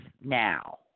now